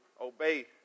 obey